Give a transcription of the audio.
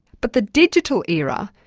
but the digital era,